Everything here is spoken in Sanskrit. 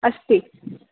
अस्ति